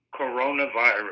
coronavirus